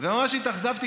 וממש התאכזבתי,